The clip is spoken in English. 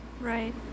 Right